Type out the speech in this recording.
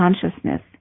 consciousness